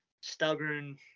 stubborn